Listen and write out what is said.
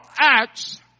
acts